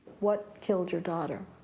what killed your daughter?